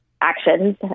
actions